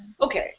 okay